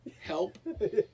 help